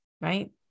Right